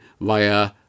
via